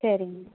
சரிங்க